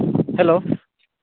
hello